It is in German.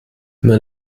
mehr